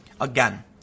Again